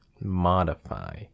modify